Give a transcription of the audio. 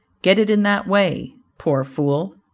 get it in that way. poor fool!